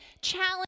challenge